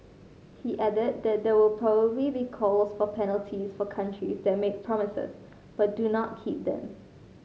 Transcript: he added that there will probably be calls for penalties for countries that make promises but do not keep them